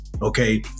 Okay